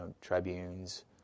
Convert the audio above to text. tribunes